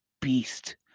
beast